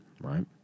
right